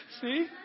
See